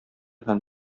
һәм